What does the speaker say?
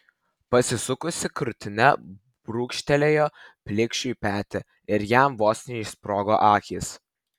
pasisukusi krūtine brūkštelėjo plikšiui petį ir jam vos neišsprogo akys